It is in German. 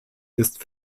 ist